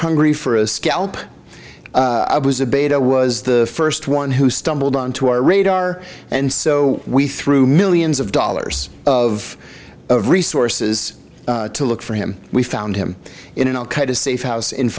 hungry for a scalp i was a beta was the first one who stumbled onto our radar and so we threw millions of dollars of of resources to look for him we found him in an al qaeda safe house in